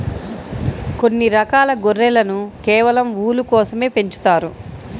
కొన్ని రకాల గొర్రెలను కేవలం ఊలు కోసమే పెంచుతారు